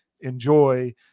enjoy